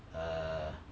err